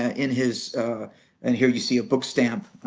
ah in his and here you see a book stamp